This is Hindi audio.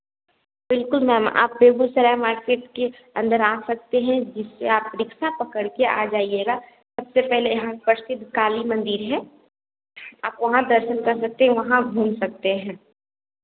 बिल्कुल मैम आप बेगूसराय मार्केट के अंदर आ सकते हैं जिससे आप रिक्शा पकड़ कर आ जाइएगा सबसे पहले यहाँ प्रसिद्ध काली मंदिर है आप वहाँ दर्शन कर सकते वहाँ घूम सकते हैं